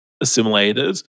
assimilated